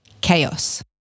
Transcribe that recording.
Chaos